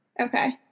okay